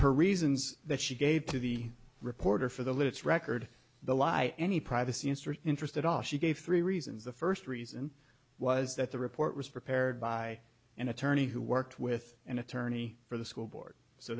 her reasons that she gave to the reporter for the lips record but lie any privacy answer interest at all she gave three reasons the first reason was that the report was prepared by an attorney who worked with an attorney for the school board so